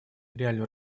реальную